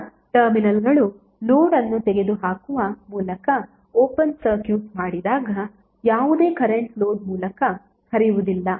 ಈಗ ಟರ್ಮಿನಲ್ಗಳು ಲೋಡ್ ಅನ್ನು ತೆಗೆದುಹಾಕುವ ಮೂಲಕ ಓಪನ್ ಸರ್ಕ್ಯೂಟ್ ಮಾಡಿದಾಗ ಯಾವುದೇ ಕರೆಂಟ್ ಲೋಡ್ ಮೂಲಕ ಹರಿಯುವುದಿಲ್ಲ